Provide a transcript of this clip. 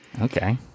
okay